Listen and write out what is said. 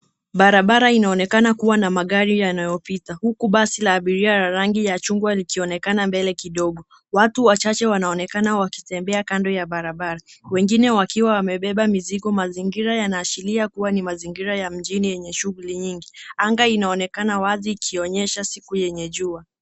Barabara inaonekana kuwa na magari yanayopita. Huku basi la abiria ya rangi ya chungwa likionekana likiwa mbele kidogo. Watu wachache wanaonekana wakitembea kando ya barabara, wengine wakiwa wamebeba mizigo. Mazingira yanaashiria kuwa ni mazingira ya mjini yenye shughuli nyingi. Anga inaonekana wazi ikionyesha siku yenye jua.